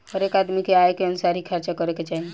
हरेक आदमी के आय के अनुसार ही खर्चा करे के चाही